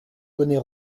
bonnet